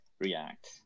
React